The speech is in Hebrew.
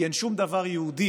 כי אין שום דבר יהודי